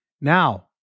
Now